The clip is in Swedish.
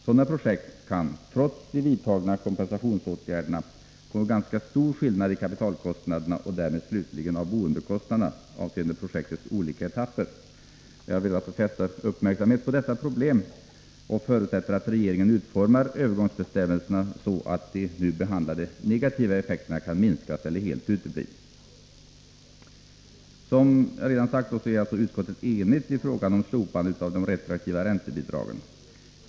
Sådana projekt kan, trots de vidtagna kompensationsåtgärderna, få ganska stor skillnad i kapitalkostnaderna och därmed slutligen i fråga om boendekostnaderna avseende projektets olika etapper. Jag vill fästa uppmärksamhet på detta problem och förutsätter att regeringen utformar övergångsbestämmelserna så, att de nu nämnda negativa effekterna minskar eller helt uteblir. Som sagt är utskottet enigt i frågan om slopande av de retroaktiva räntebidragen.